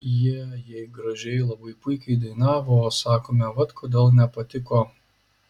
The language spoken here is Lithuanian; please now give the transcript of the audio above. jie jei gražiai labai puikiai dainavo o sakome vat kodėl nepatiko